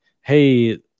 hey